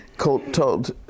told